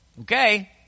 Okay